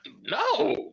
No